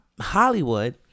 Hollywood